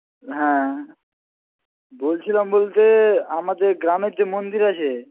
হ্যাঁ বলছিলাম বলতে আমাদের গ্রামের যে মন্দির আছে